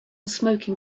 smoking